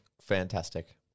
fantastic